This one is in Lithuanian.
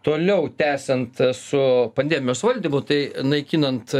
toliau tęsiant su pandemijos valdymu tai naikinant